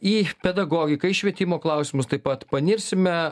į pedagogiką į švietimo klausimus taip pat panirsime